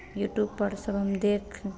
YouTube पर सब हम देख